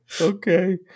okay